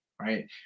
right